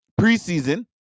preseason